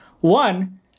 One